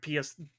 PS